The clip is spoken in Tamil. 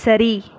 சரி